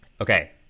Okay